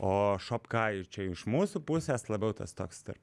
o šopka čia iš mūsų pusės labiau tas toks tarp